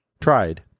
tried